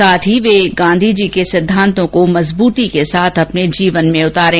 साथ ही वे गांधी के सिद्धांतों को मजबूती के साथ अपने जीवन में उतारें